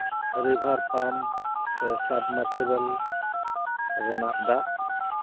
ᱨᱤᱵᱷᱟᱨ pump ᱥᱮ submersible ᱨᱮᱱᱟᱜ ᱫᱟᱜ